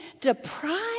deprive